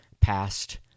past